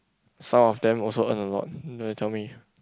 some of them also earn a lot then they tell me